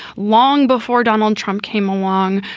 long before donald trump came along,